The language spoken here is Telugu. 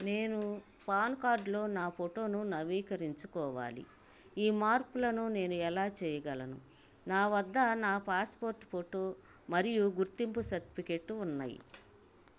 నేను పాన్ కార్డులో నా ఫోటోను నవీకరించుకోవాలి ఈ మార్పులను నేను ఎలా చేయగలను నా వద్ద నా పాస్పోర్ట్ ఫోటో మరియు గుర్తింపు సర్టిఫికేట్ ఉన్నాయి